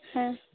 ᱦᱮᱸ